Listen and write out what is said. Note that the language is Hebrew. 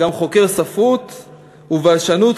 גם חוקר ספרות ובלשנות,